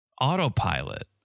autopilot